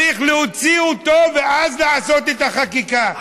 צריך להוציא אותו ואז לעשות את החקיקה.